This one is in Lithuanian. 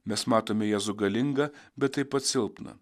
mes matome jėzų galingą bet taip pat silpną